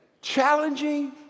challenging